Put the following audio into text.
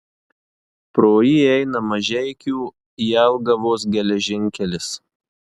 pro jį eina mažeikių jelgavos geležinkelis